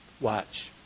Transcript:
Watch